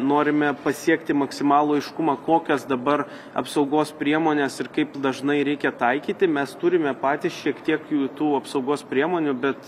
norime pasiekti maksimalų aiškumą kokias dabar apsaugos priemones ir kaip dažnai reikia taikyti mes turime patys šiek tiek tų apsaugos priemonių bet